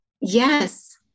Yes